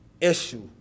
issue